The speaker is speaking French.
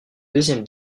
deuxième